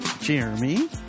Jeremy